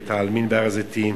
בבית-העלמין בהר-הזיתים,